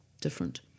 different